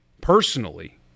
personally